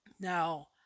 now